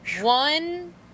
one